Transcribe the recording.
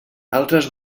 altres